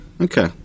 Okay